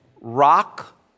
rock